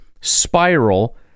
spiral